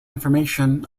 information